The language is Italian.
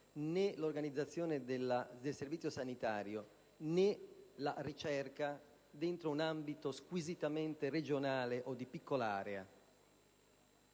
né l'organizzazione del servizio sanitario né la ricerca all'interno di un ambito squisitamente regionale o di piccola area.